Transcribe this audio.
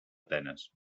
atenes